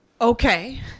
Okay